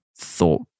thought